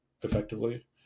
effectively